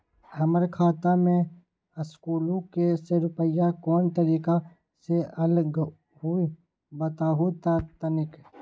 हमर खाता में सकलू से रूपया कोन तारीक के अलऊह बताहु त तनिक?